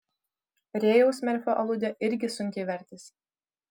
rėjaus merfio aludė irgi sunkiai vertėsi